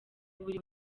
buri